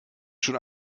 schon